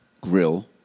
Grill